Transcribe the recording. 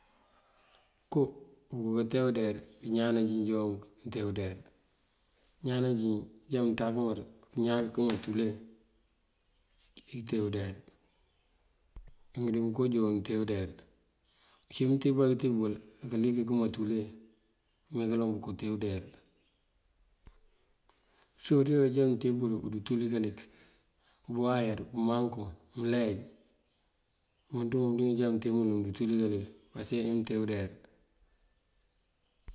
Bëko, bëko kate udeyar bí ñaan najín joon nëte udeyar. Ñaan najín ajá mënţakëmër pëñáak këma tule këcí kate udeyar. Yunk dí mënko doon mënte, udeyar ací mëntíb bá këtíb wul á kalik këma tule këme kaloŋ bëko te udeyar. Bësotiyo ajá mëntíb bul bëdu tuli kalik bëwayar, bëmankuŋ, mënleej mënţ muŋ bëliyëng já mëntíb mul mëndu tuli kalik pasëk emënte udeyar.